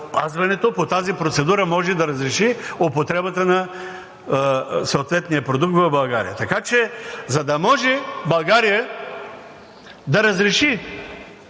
здравеопазването по тази процедура може да разреши употребата на съответния продукт в България. Така че, за да може България да разреши